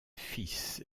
fils